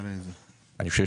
אני רוצה